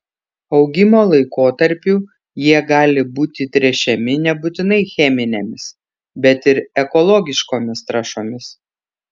augimo laikotarpiu jie gali būti tręšiami nebūtinai cheminėmis bet ir ekologiškomis trąšomis